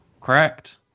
Correct